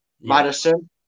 Madison